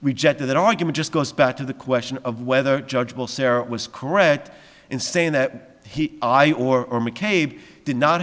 rejected that argument just goes back to the question of whether judge will sarah was correct in saying that he i or mccabe did not